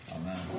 Amen